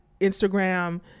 Instagram